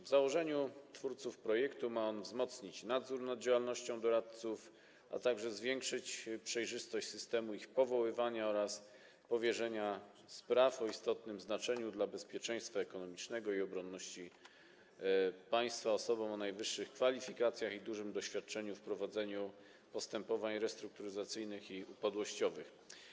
W założeniu twórców projektu ma on wzmocnić nadzór nad działalnością doradców, a także zwiększyć przejrzystość systemu, ich powoływania oraz powierzania spraw o istotnym znaczeniu dla bezpieczeństwa ekonomicznego i obronności państwa osobom o najwyższych kwalifikacjach i dużym doświadczeniu w prowadzeniu postępowań restrukturyzacyjnych i upadłościowych.